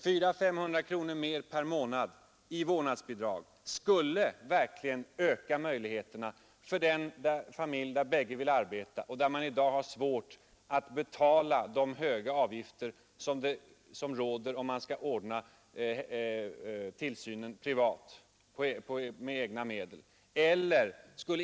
400-500 kronor mera per månad i vårdnadsbidrag skulle verkligen öka möjligheten för de familjer där bägge föräldrarna vill arbeta och där man i dag har svårt att stå för de höga kostnaderna om man skall ordna tillsynen med egna medel.